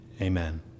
Amen